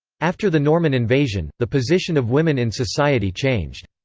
after the norman invasion, the position of women in society changed.